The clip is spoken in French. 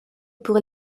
pour